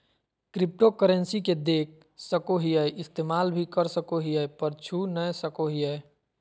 cryptocurrency के देख सको हीयै इस्तेमाल भी कर सको हीयै पर छू नय सको हीयै